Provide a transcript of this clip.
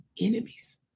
enemies